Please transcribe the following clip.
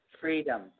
FREEDOM